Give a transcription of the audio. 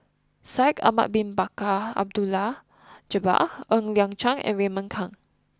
Shaikh Ahmad Bin Bakar Abdullah Jabbar Ng Liang Chiang and Raymond Kang